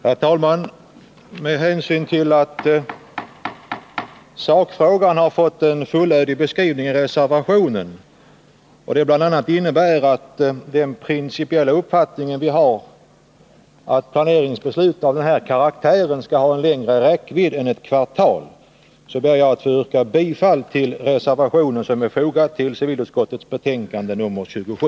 Herr talman! Med anledning av att sakfrågan har fått en fullödig beskrivning i reservationen, som bl.a. innebär att vår principiella uppfattning är att planeringsbeslut av den här karaktären skall ha längre räckvidd än ett kvartal, ber jag att få yrka bifall till reservationen som är fogad till civilutskottets betänkande 27.